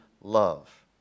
love